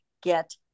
get